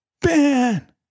Ben